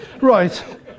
Right